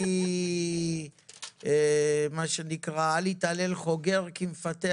שכתוב: "אל יתהלל חוגר כמפתח".